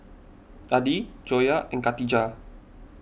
Adi Joyah and Katijah